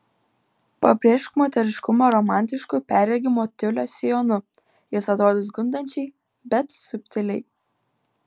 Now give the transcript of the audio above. pabrėžk moteriškumą romantišku perregimo tiulio sijonu jis atrodys gundančiai bet subtiliai